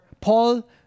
Paul